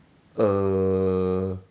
uh